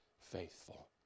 faithful